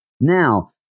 Now